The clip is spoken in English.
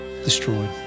destroyed